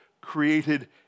created